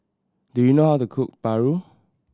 do you know how to cook paru